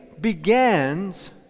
begins